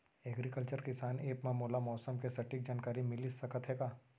Agriculture किसान app मा मोला मौसम के सटीक जानकारी मिलिस सकत हे का?